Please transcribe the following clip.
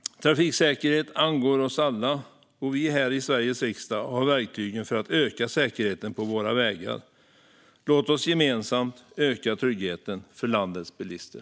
Trafiksäkerhet angår oss alla, och vi här i Sveriges riksdag har verktygen för att öka säkerheten på våra vägar. Låt oss gemensamt öka tryggheten för landets bilister.